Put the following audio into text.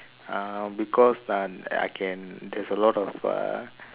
uh because uh I can there's a lot of uh